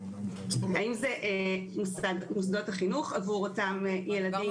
האם זה מוסדות החינוך עבור אותם ילדים